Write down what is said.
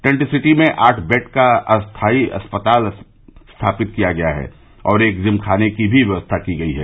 tent city में आठ bed का अस्थाई अस्पताल स्थापित किया गया है और एक जिम खाने की भी व्यवस्था है